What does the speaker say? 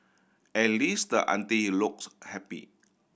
at least the aunty looks happy